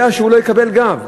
יודע שהוא לא יקבל גב.